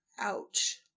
ouch